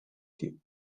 die